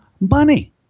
money